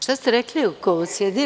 Šta ste rekli oko SAD?